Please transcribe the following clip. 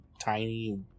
tiny